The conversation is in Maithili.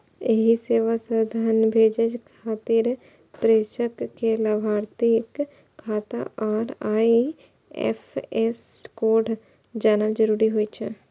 एहि सेवा सं धन भेजै खातिर प्रेषक कें लाभार्थीक खाता आ आई.एफ.एस कोड जानब जरूरी होइ छै